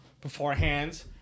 beforehand